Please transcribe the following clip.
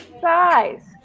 size